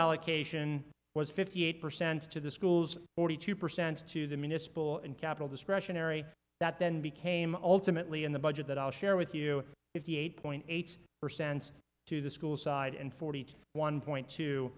allocation was fifty eight percent to the schools forty two percent to the municipal and capital discretionary that then became ultimately in the budget that i'll share with you if the eight point eight percent to the school side and forty one point t